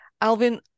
Alvin